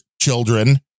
children